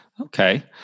Okay